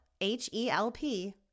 H-E-L-P